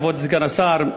כבוד סגן השר,